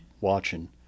watching